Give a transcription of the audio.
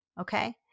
okay